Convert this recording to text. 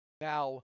Now